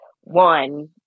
one